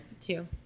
two